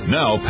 now